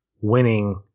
winning